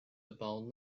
about